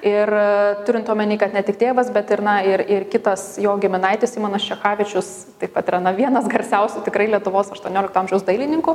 ir turint omeny kad ne tik tėvas bet ir na ir ir kitas jo giminaitis simonas čechavičius taip pat yra na vienas garsiausių tikrai lietuvos aštuoniolikto amžiaus dailininkų